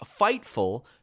Fightful